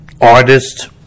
artist